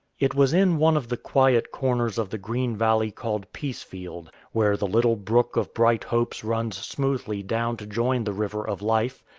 it was in one of the quiet corners of the green valley called peacefield, where the little brook of brighthopes runs smoothly down to join the river of life,